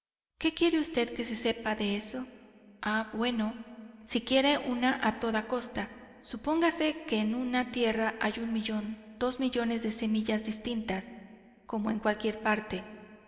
qué quiere vd que se sepa de eso ah bueno si quiere una a toda costa supóngase que en una tierra hay un millón dos millones de semillas distintas como en cualquier parte